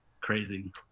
crazy